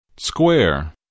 square